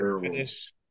finish